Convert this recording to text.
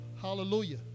Hallelujah